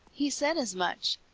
he said as much.